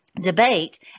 debate